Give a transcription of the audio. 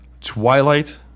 Twilight